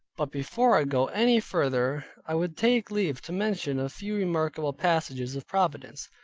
but before i go any further, i would take leave to mention a few remarkable passages of providence,